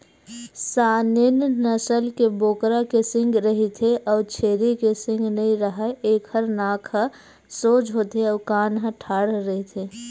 Saanen नसल के बोकरा के सींग रहिथे अउ छेरी के सींग नइ राहय, एखर नाक ह सोज होथे अउ कान ह ठाड़ रहिथे